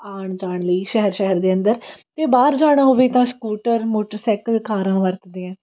ਆਉਣ ਜਾਣ ਲਈ ਸ਼ਹਿਰ ਸ਼ਹਿਰ ਦੇ ਅੰਦਰ ਅਤੇ ਬਾਹਰ ਜਾਣਾ ਹੋਵੇ ਤਾਂ ਸਕੂਟਰ ਮੋਟਰਸਾਈਕਲ ਕਾਰਾਂ ਵਰਤਦੇ ਆ